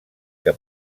que